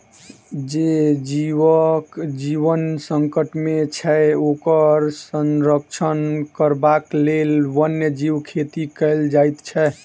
जे जीवक जीवन संकट मे छै, ओकर संरक्षण करबाक लेल वन्य जीव खेती कयल जाइत छै